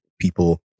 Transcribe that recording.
people